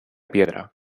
piedra